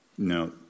No